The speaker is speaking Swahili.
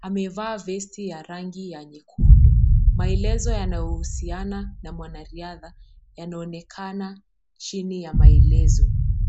Amevaa vesti ya rangi ya nyekundu. Maelezo yanayohusiana na mwanariadha yanaonekana chini ya maelezo.